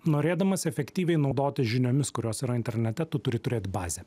norėdamas efektyviai naudotis žiniomis kurios yra internete tu turi turėt bazę